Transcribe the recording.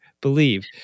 believe